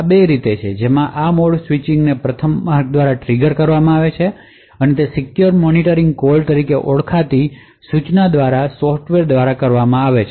આ બે રીત છે જેમાં આ મોડસ્વિચ ને પ્રથમ માર્ગ દ્વારા ટ્રિગર કરવામાં આવે છે તે સિક્યુર મોનિટરિંગ કોલ અથવા એસએમસી તરીકે ઓળખાતી સૂચના દ્વારા સોફ્ટવેર દ્વારા કરવામાં આવે છે